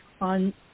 on